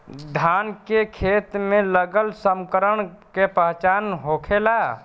धान के खेत मे लगल संक्रमण के पहचान का होखेला?